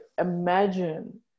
imagine